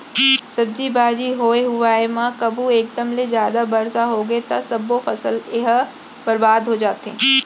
सब्जी भाजी होए हुवाए म कभू एकदम ले जादा बरसा होगे त सब्बो फसल ह बरबाद हो जाथे